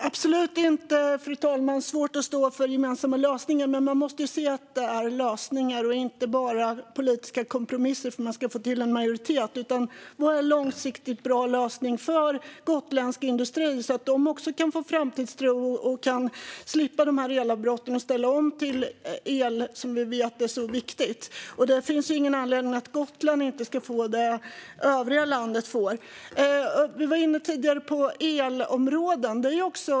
Fru talman! Det är absolut inte svårt att stå upp för gemensamma lösningar. Men man måste ju se att det är lösningar och inte bara politiska kompromisser för att få till en majoritet. Vad är en långsiktigt bra lösning för gotländsk industri så att de också kan få framtidstro, slippa elavbrotten och ställa om till el, som vi vet är så viktig? Det finns ju ingen anledning till att Gotland inte ska få det som det övriga landet får. Vi var tidigare inne på elområden.